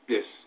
Yes